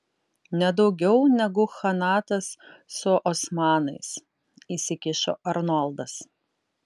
nedaugiau negu chanatas su osmanais įsikišo arnoldas